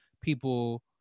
people